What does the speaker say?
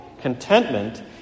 contentment